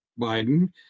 Biden